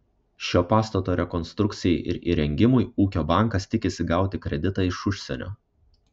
šio pastato rekonstrukcijai ir įrengimui ūkio bankas tikisi gauti kreditą iš užsienio